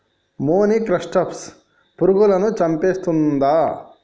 మొనిక్రప్టస్ పురుగులను చంపేస్తుందా?